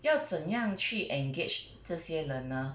要怎样去 engage 这些人呢